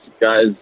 guys